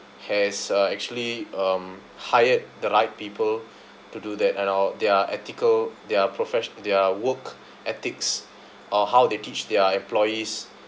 has uh actually um hired the right people to do that and all their ethical their professio~ their work ethics or how they teach their employees